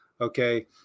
okay